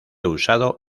usado